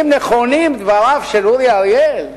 אם נכונים דבריו של אורי אריאל,